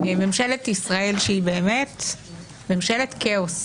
ממשלת ישראל שהיא באמת ממשלת כאוס,